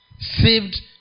Saved